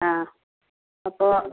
ആ അപ്പോൾ